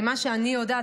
ממה שאני יודעת,